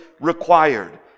required